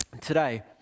Today